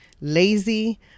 lazy